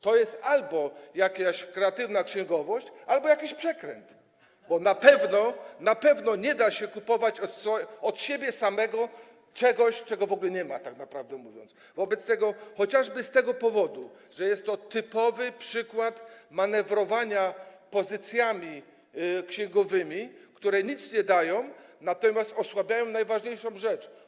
To jest albo jakaś kreatywna księgowość albo jakiś przekręt, bo na pewno nie da się kupić od siebie samego czegoś, czego w ogóle nie ma tak naprawdę, chociażby z tego powodu, że jest to typowy przykład manewrowania pozycjami księgowymi, które nic nie daje, natomiast osłabia najważniejszą rzecz.